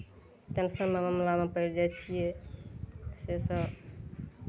टेंशनके मामिलामे पड़ जाइ छियै सेसभ